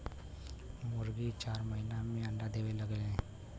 मुरगी चार महिना में अंडा देवे लगेले